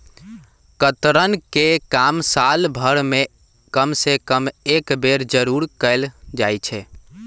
कतरन के काम साल भर में कम से कम एक बेर जरूर कयल जाई छै